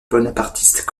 bonapartiste